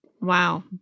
Wow